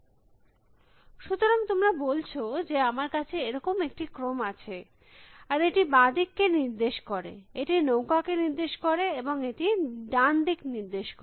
ছাত্র সুতরাং তোমরা বলছ যে আমার কাছে এরম একটি ক্রম আছে আর এটি বাঁ দিক কে নির্দেশ করে এটি নৌকা কে নির্দেশ করে এবং এটি ডান দিক নির্দেশ করে